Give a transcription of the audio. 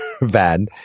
van